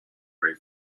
ray